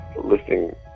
listening